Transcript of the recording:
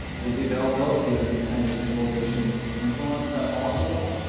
does the availability of these kinds of visualization influence that policy at all?